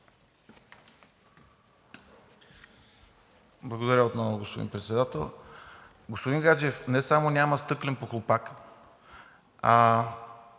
Благодаря отново, господин Председател. Господин Гаджев, не само няма стъклен похлупак,